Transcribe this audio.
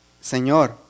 Señor